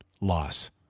loss